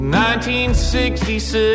1966